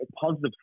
positive